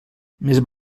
més